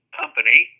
company